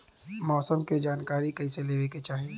मौसम के जानकारी कईसे लेवे के चाही?